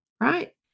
right